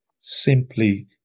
simply